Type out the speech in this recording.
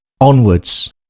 onwards